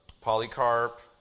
Polycarp